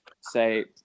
say